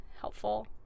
helpful